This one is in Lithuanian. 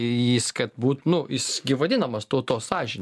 jais kad būt nu jis gi vadinamas tautos sąžine